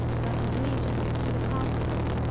but allegiance to the conqueror.